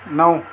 नऊ